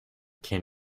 can